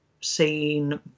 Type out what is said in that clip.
seen